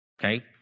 okay